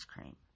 cream